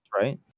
Right